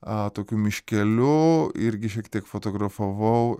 a tokiu miškeliu irgi šiek tiek fotografavau